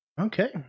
Okay